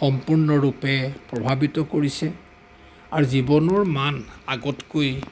সম্পূৰ্ণৰূপে প্ৰভাৱিত কৰিছে আৰু জীৱনৰ মান আগতকৈ